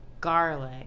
garlic